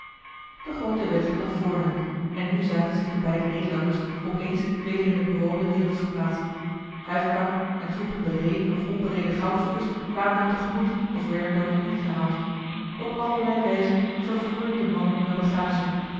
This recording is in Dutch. de groote weg lag voor hen en nu zagen zich de beide nederlanders op eens weder in de bewoonde wereld verplaatst huifkarren en troepen bereden of onbereden goudzoekers kwamen hun te gemoet of werden door hen ingehaald op allerlei wijzen vereli heimans willem roda voerden de mannen hunne bagage